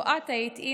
איפה את היית,